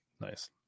nice